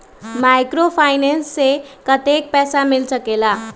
Microfinance से कतेक पैसा मिल सकले ला?